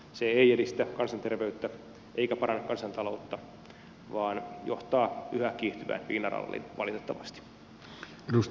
se ei edistä kansanterveyttä eikä paranna kansantaloutta vaan johtaa yhä kiihtyvään viinaralliin valitettavasti